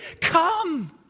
come